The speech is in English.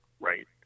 Right